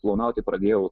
klounauti pradėjau